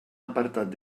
apartat